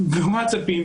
והווטסאפים,